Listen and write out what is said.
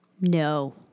No